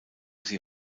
sie